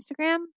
Instagram